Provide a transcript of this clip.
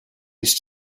his